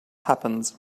happens